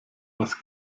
was